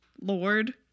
lord